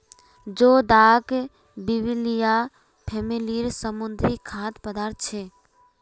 जोदाक बिब्लिया फॅमिलीर समुद्री खाद्य पदार्थ छे